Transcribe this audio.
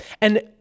And-